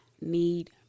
need